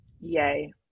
Yay